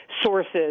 sources